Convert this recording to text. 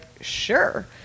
sure